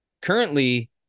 Currently